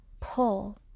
pull